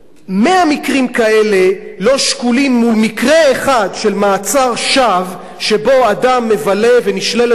מאה מקרים כאלה לא שקולים למקרה אחד של מעצר שווא שבו אדם נשללת חירותו,